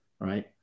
right